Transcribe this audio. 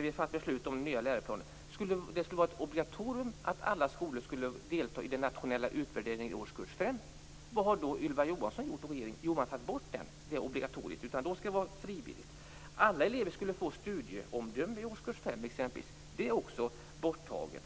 vi fattade beslut om den nya läroplanen sades det också att det skulle vara obligatoriskt för alla skolor att delta i den nationella utvärderingen i årskurs 5. Vad har då Ylva Johansson och regeringen gjort? Jo, man har tagit bort det obligatoriet. Det skall i stället vara frivilligt. Alla elever skulle få studieomdömen i årskurs 5, men det är också borttaget.